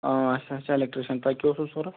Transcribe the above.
آ اچھا اچھا ایٚلیٚکٹرٕٛشَن تۄہہِ کیٛاہ اوسوٕ ضروٗرت